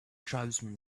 tribesman